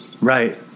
right